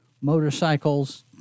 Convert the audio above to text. motorcycles